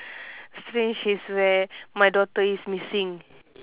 strange is where my daughter is missing